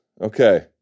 Okay